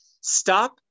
Stop